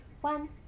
One